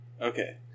Okay